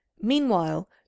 Meanwhile